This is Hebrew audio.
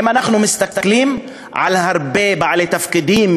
אם אנחנו מסתכלים על הרבה בעלי תפקידים,